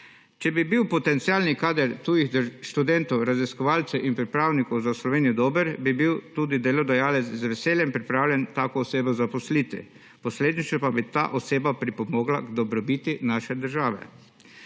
Če bi bil potencialni kader tujih študentov, raziskovalcev in pripravnikov za Slovenijo dober, bi bil tudi delodajalec z veseljem pripravljen tako osebo zaposliti, posledično pa bi ta oseba pripomogla k dobrobiti naše države.